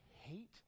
hate